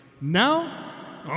Now